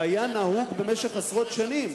שהיה נהוג במשך עשרות שנים,